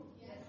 Yes